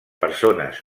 persones